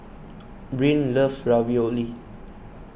Brynn loves Ravioli